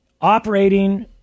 operating